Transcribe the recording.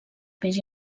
peix